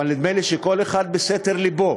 אבל נדמה לי שכל אחד בסתר לבו,